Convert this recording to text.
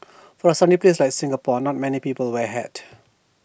for A sunny place like Singapore not many people wear A hat